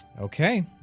okay